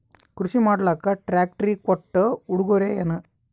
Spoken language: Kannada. ಕೃಷಿ ಮಾಡಲಾಕ ಟ್ರಾಕ್ಟರಿ ಕೊಟ್ಟ ಉಡುಗೊರೆಯೇನ?